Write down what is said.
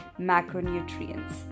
macronutrients